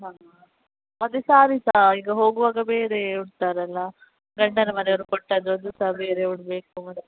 ಹಾಂ ಮದುವೆ ಸಾರಿ ಸಹ ಈಗ ಹೋಗುವಾಗ ಬೇರೆ ಉಡ್ತಾರೆ ಅಲ್ಲ ಗಂಡನ ಮನೆಯವರು ಕೊಟ್ಟದ್ದು ಅದು ಸಹ ಬೇರೆ ಉಡಬೇಕು ಮತ್ತೆ